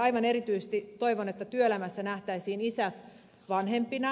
aivan erityisesti toivon että työelämässä nähtäisiin isät vanhempina